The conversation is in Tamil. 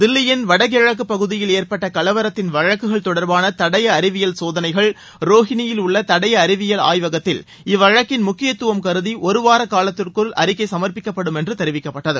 தில்லியின் வடகிழக்கு பகுதியில் ஏற்பட்ட கலவரத்தின் வழக்குகள் தொடர்பான தடய அறிவியல் சோதனைகள் ரோஹினியில் உள்ள தடய அறிவியல் ஆய்வகத்தில் இவ்வழக்கின் முக்கியத்துவம் கருதி ஒரு வார காலத்திற்குள் அறிக்கை சமர்ப்பிக்கப்படும் என்று தெரிவிக்கப்பட்டது